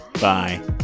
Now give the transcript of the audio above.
bye